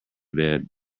bed